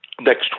next